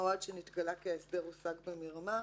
"או עד שנתגלה כי ההסדר הושג במרמה".